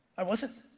i wasn't.